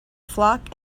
flock